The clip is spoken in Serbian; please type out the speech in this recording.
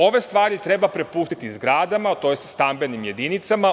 Ove stvari treba prepustiti zgradama, tj. stambenim jedinicama.